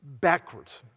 backwards